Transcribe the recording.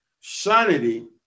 sanity